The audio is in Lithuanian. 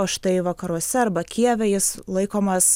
o štai vakaruose arba kijeve jis laikomas